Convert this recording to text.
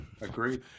Agreed